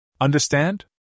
Understand